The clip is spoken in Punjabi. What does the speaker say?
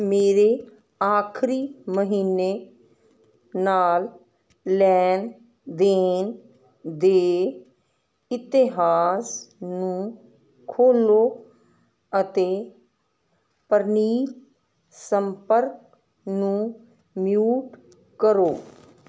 ਮੇਰੇ ਆਖਰੀ ਮਹੀਨੇ ਨਾਲ ਲੈਣ ਦੇਣ ਦੇ ਇਤਿਹਾਸ ਨੂੰ ਖੋਲ੍ਹੋ ਅਤੇ ਪ੍ਰਨੀਤ ਸੰਪਰਕ ਨੂੰ ਮਊਟ ਕਰੋ